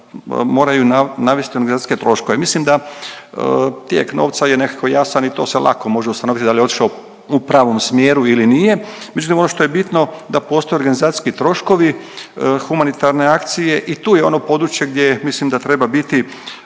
moraju navesti organizacijske troškove. Mislim da tijek novca je nekako jasan i to se lako može ustanoviti da li je otišao u pravom smjeru ili nije, međutim ono što je bitno da postoje organizacijski troškovi humanitarne akcije i tu je ono područje gdje mislim da treba biti